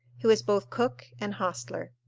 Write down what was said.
who is both cook and hostler.